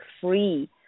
free